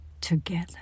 together